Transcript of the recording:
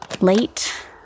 Late